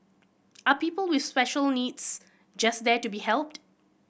are people with special needs just there to be helped